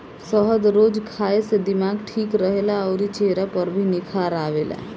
शहद रोज खाए से दिमाग ठीक रहेला अउरी चेहरा पर भी निखार आवेला